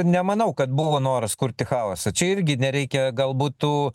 nemanau kad buvo noras kurti chaosą čia irgi nereikia galbūt tų